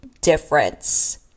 difference